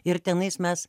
ir tenais mes